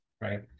right